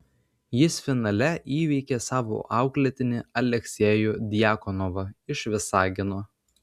jis finale įveikė savo auklėtinį aleksejų djakonovą iš visagino